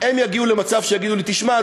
הם יגיעו למצב שיגידו לי: תשמע,